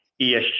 ESG